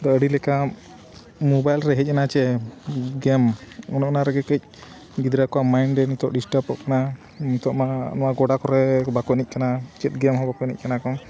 ᱫᱚ ᱟᱹᱰᱤ ᱞᱮᱠᱟ ᱢᱳᱵᱟᱭᱤᱞ ᱨᱮ ᱦᱮᱡ ᱮᱱᱟ ᱥᱮ ᱜᱮᱢ ᱚᱱᱮ ᱚᱱᱟ ᱨᱮᱜᱮ ᱠᱟᱹᱡ ᱜᱤᱫᱽᱨᱟᱹ ᱠᱚᱣᱟᱜ ᱢᱟᱭᱤᱱᱰ ᱮ ᱱᱤᱛᱳᱜ ᱰᱤᱥᱴᱟᱵ ᱚᱜ ᱠᱟᱱᱟ ᱱᱤᱛᱳᱜ ᱢᱟ ᱱᱚᱣᱟ ᱜᱚᱰᱟ ᱠᱚᱨᱮ ᱵᱟᱠᱚ ᱮᱱᱮᱡ ᱠᱟᱱᱟ ᱪᱮᱫ ᱜᱮᱢ ᱦᱚᱸ ᱵᱟᱠᱚ ᱮᱱᱮᱡ ᱠᱟᱱᱟ ᱠᱚ